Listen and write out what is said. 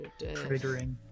Triggering